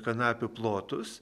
kanapių plotus